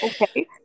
Okay